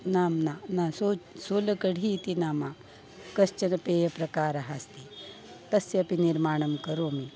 नाम्ना न सोच् सोलकढि इतिनामा कश्चन पेयप्रकारः अस्ति तस्यापि निर्माणं करोमि